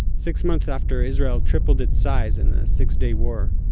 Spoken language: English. six months after israel tripled its size in the six day war,